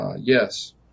yes